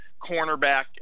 cornerback